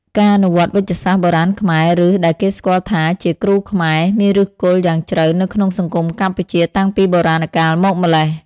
ការអនុវត្តវេជ្ជសាស្ត្របុរាណខ្មែរ ឬ ដែលគេស្គាល់ថាជា គ្រូខ្មែរ មានឫសគល់យ៉ាងជ្រៅនៅក្នុងសង្គមកម្ពុជា តាំងពីបុរាណកាលមកម្ល៉េះ។